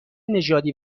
نژادی